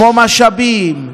כמו משאבים.